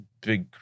big